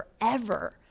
forever